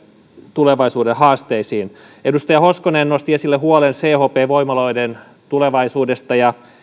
tulevaisuuden haasteisiin edustaja hoskonen nosti esille huolen chp voimaloiden tulevaisuudesta ja